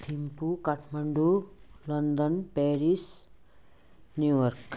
Thimphu Kathmandu London Paris New York